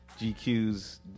GQ's